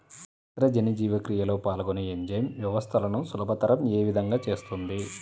నత్రజని జీవక్రియలో పాల్గొనే ఎంజైమ్ వ్యవస్థలను సులభతరం ఏ విధముగా చేస్తుంది?